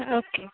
okay